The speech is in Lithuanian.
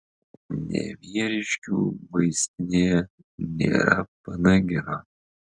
nevieriškių vaistinėje nėra panangino